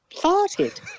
farted